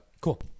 Cool